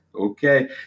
Okay